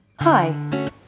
Hi